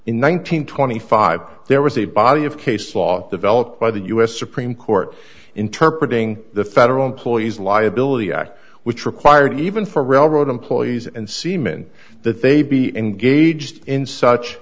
and twenty five there was a body of case law developed by the u s supreme court interpret being the federal employees liability act which required even for railroad employees and seamen that they be engaged in such